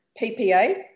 PPA